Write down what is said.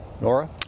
Nora